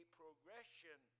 progression